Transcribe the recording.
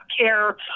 care